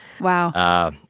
Wow